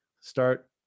start